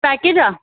package आहे